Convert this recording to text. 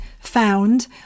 found